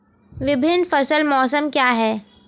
विभिन्न फसल मौसम क्या हैं?